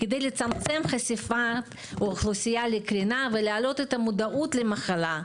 כדי לצמצם חשיפה של האוכלוסייה לקרינה ולעלות את המודעות למחלה,